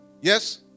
Yes